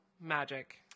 Magic